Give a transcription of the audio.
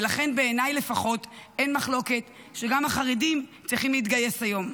ולכן בעיניי לפחות אין מחלוקת שגם החרדים צריכים להתגייס היום.